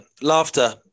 laughter